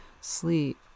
sleep